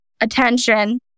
attention